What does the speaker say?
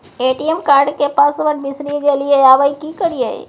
ATM card के password बिसरि गेलियै आबय की करियै?